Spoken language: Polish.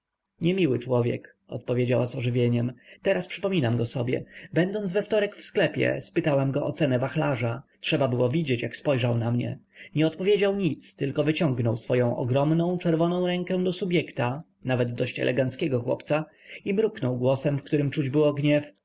niemiły człowiek odpowiedziała z ożywieniem teraz przypominam go sobie będąc we wtorek w sklepie zapytałam go o cenę wachlarza trzeba było widzieć jak spojrzał na mnie nie odpowiedział nic tylko wyciągnął swoją ogromną czerwoną rękę do subjekta nawet dość eleganckiego chłopca i mruknął głosem w którym czuć było gniew